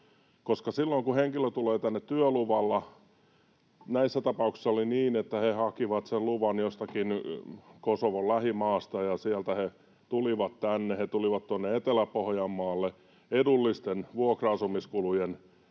koska silloin, kun henkilö tulee tänne työluvalla... Näissä tapauksissa oli niin, että he hakivat sen luvan jostakin Kosovon lähimaasta, ja sieltä he tulivat tänne. He tulivat tuonne Etelä-Pohjanmaalle edullisten vuokra-asumiskulujen